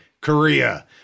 Korea